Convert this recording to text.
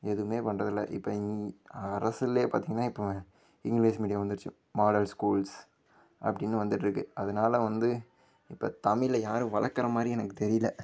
எதுவுமே பண்ணுறது இல்லை இப்போ அரசுல பார்த்திங்கனா இப்போ இங்கிலீஷ் மீடியம் வந்துருச்சு மாடல் ஸ்கூல்ஸ் அப்படின்னு வந்துகிட்டு இருக்கு அதனால வந்து இப்போ தமிழை யாரும் வளர்க்குறமாரி எனக்கு தெரியலை